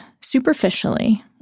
superficially